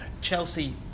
Chelsea